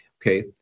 okay